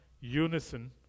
unison